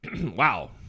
wow